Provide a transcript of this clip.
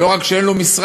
לא רק שאין לו משרד,